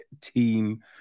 team